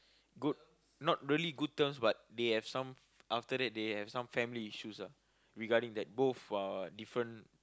good not really good terms but they have some after that they have some family issues lah regarding that both are different